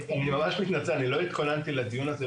אני ממש מתנצל לא התכוננתי לדיון הזה,